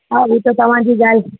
हा हू त तव्हांजी ॻाल्हि